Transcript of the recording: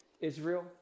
Israel